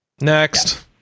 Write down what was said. Next